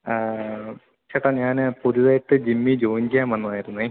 ചേട്ടാ ഞാൻ പുതിയതായിട്ട് ജിമ്മിൽ ജോയിൻ ചെയ്യാൻ വന്നതായിരുന്നേ